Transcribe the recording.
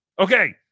Okay